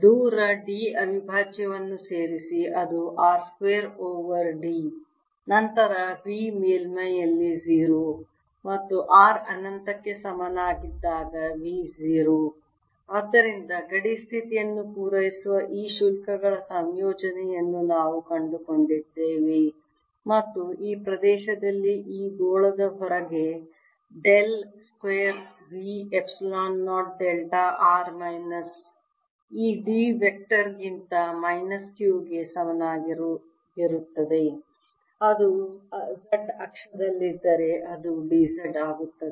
ದೂರ d ಅವಿಭಾಜ್ಯವನ್ನು ಸೇರಿಸಿ ಅದು R square over d d R2d ನಂತರ V ಮೇಲ್ಮೈಯಲ್ಲಿ 0 ಮತ್ತು r ಅನಂತಕ್ಕೆ ಸಮನಾಗಿದ್ದಾಗ V 0 ಆದ್ದರಿಂದ ಗಡಿ ಸ್ಥಿತಿಯನ್ನು ಪೂರೈಸುವ ಈ ಶುಲ್ಕಗಳ ಸಂಯೋಜನೆಯನ್ನು ನಾವು ಕಂಡುಕೊಂಡಿದ್ದೇವೆ ಮತ್ತು ಈ ಪ್ರದೇಶದಲ್ಲಿ ಈ ಗೋಳದ ಹೊರಗೆ del square V epsilon 0 delta r minus ಈ d ವೆಕ್ಟರ್ ಗಿಂತ ಮೈನಸ್ q ಗೆ ಸಮಾನವಾಗಿರುತ್ತದೆ ಅದು Z ಅಕ್ಷದಲ್ಲಿದ್ದರೆ ಅದು d Z ಆಗುತ್ತದೆ